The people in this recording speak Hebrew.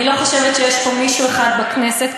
אני לא חושבת שיש פה מישהו אחד בכנסת,